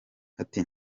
ati